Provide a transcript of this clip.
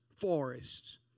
forests